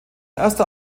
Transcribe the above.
erster